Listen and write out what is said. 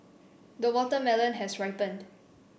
the watermelon has ripened